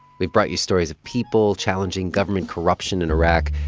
we've brought you stories of people challenging government corruption in iraq,